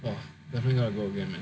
!wah! definitely gotta go again man